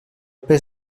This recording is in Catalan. pes